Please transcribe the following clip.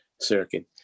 circuit